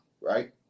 right